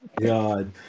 God